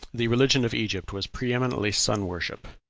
the religion of egypt was pre-eminently sun-worship,